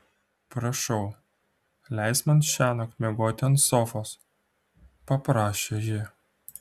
prašau leisk man šiąnakt miegoti ant sofos paprašė ji